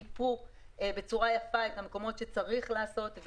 הם מיפו בצורה יפה את המקומות שצריך לעשות את זה בהם,